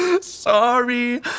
Sorry